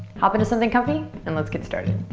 hop into something comfy and let's get started.